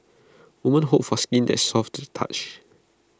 woman hope for skin that is soft to the touch